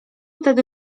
tedy